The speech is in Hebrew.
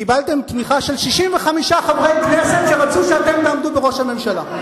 קיבלתם תמיכה של 65 חברי כנסת שרצו שאתם תעמדו בראש הממשלה.